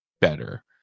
better